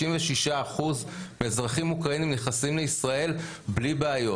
96% מהאזרחים האוקראינים נכנסים לישראל בלי בעיות.